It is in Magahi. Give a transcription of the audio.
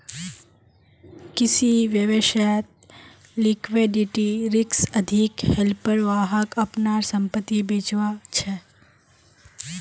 किसी व्यवसायत लिक्विडिटी रिक्स अधिक हलेपर वहाक अपनार संपत्ति बेचवा ह छ